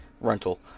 Rental